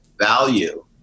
value